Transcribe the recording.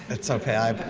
it's ok.